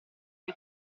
che